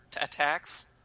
attacks